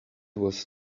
was